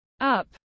up